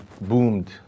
boomed